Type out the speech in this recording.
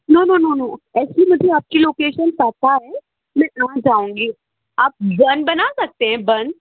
no no no no actually मुझे आपकी location पता है मैं आ जाऊँगी आप बन बना सकते हैं बन